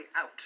out